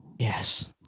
Yes